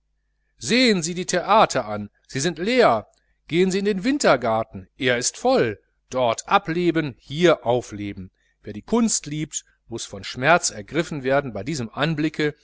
sehen sie die theater an sie sind leer gehen sie in den wintergarten er ist voll dort ableben hier aufleben wer die kunst liebt muß von schmerz ergriffen werden bei diesem anblicke